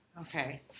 okay